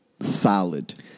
Solid